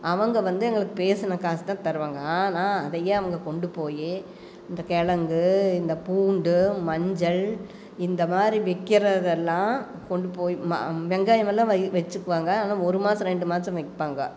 அவங்க வந்து எங்களுக்கு பேசின காசு தான் தருவாங்க ஆனால் அதையே அவங்க கொண்டு போய் இந்த கிழங்கு இந்த பூண்டு மஞ்சள் இந்தமாதிரி விக்கிறதெல்லாம் கொண்டு போய் வெங்காயமெல்லாம் வைச்சுக்குவாங்க ஆனால் ஒரு மாதம் ரெண்டு மாதம் வைப்பாங்க